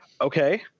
Okay